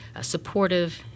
supportive